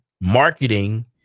marketing